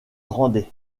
grandet